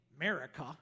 America